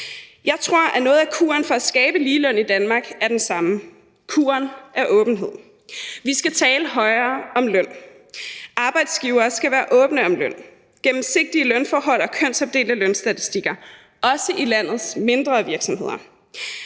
Jeg tror, at noget af kuren for at skabe ligeløn i Danmark er den samme. Kuren er åbenhed. Vi skal tale højere om løn. Arbejdsgivere skal være åbne om løn, der skal være gennemsigtige lønforhold og kønsopdelte lønstatistikker, også i landets mindre virksomheder.